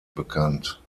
bekannt